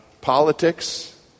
Politics